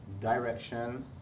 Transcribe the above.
direction